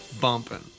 Bumping